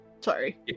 Sorry